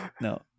No